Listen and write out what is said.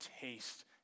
taste